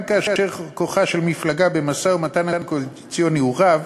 גם כאשר כוחה של מפלגה במשא-ומתן הקואליציוני הוא רב,